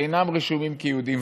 שאינם רשומים כיהודים,